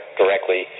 directly